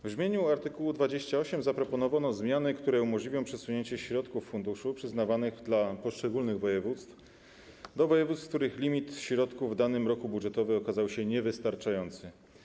W brzmieniu art. 28 zaproponowano zmiany, które umożliwią przesunięcie środków z funduszu przyznawanych dla poszczególnych województw do województw, których limit środków w danym roku budżetowym okazał się niewystarczający.